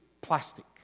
plastic